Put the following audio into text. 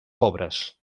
pobres